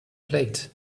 plate